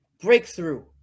breakthrough